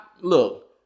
look